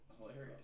hilarious